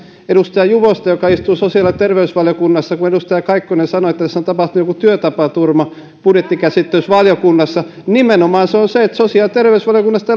edustaja juvosta joka istuu sosiaali ja terveysvaliokunnassa kun edustaja kaikkonen sanoi että tässä on tapahtunut joku työtapaturma budjettikäsittelyssä valiokunnassa niin nimenomaan se on se että sosiaali ja terveysvaliokunnasta